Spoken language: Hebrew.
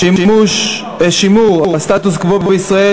שימור הסטטוס-קוו בישראל,